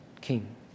king